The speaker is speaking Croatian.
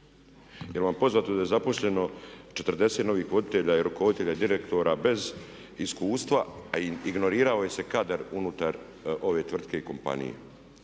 Jel' vam poznato da je zaposleno 40 novih voditelja i rukovoditelja i direktora bez iskustva, a ignorirao se kadar unutar ove tvrtke i kompanije?